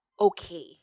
okay